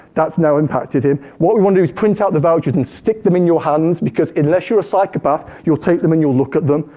that's now impacted him. what we want to do is print out the vouchers and stick them in your hands, because unless you're a psychopath, you'll take them and you'll look at them,